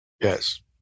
yes